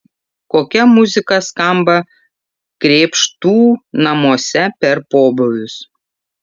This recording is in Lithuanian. kokia muzika skamba krėpštų namuose per pobūvius